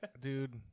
Dude